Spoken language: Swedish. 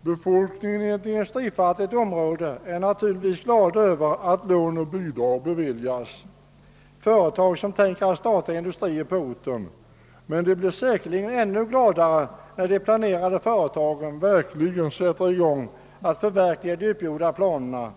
Befolkningen i ett industrifattigt område är naturligtvis glad över att lån och bidrag beviljas företag som tänker starta industri på orten. Men man blir säkerligen ännu gladare när de planerade företagen sätter i gång att förverkliga de uppgjorda planerna.